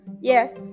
Yes